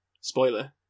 spoiler